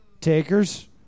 Takers